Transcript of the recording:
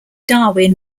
darwin